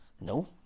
no